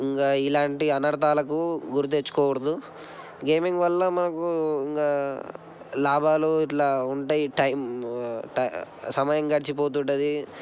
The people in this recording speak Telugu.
ఇంకా ఇలాంటి అనర్థాలకు గురితెచ్చుకోకూడదు గేమింగ్ వల్ల మనకు ఇంకా లాభాలు ఇట్లా ఉంటాయి టైం సమయం గడిచిపోతుంది